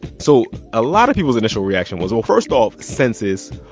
so a lot of people's initial reaction was, well, first off, census,